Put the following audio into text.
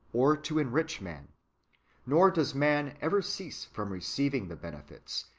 or to enrich man nor does man ever cease from receiving the benefits,